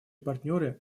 партнеры